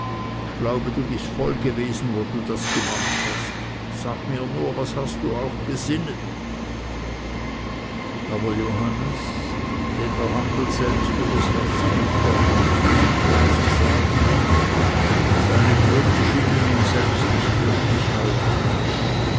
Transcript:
ich glaube du bist voll gewesen wo du das gemacht hast sag mir nur was hast du auch gesinnet aber johannes dem der handel selbst übers herz gekommen wußte nicht viel zu sagen seine gründe schienen ihm selbst nicht mehr stichhaltig